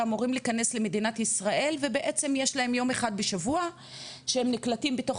שאמורים להיכנס למדינת ישראל ובעצם יש להם יום אחד בשבוע שהם נקלטים בתוך